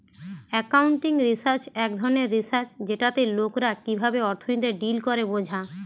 accounting research এক ধরণের research যেটাতে লোকরা কিভাবে অর্থনীতিতে ডিল করে বোঝা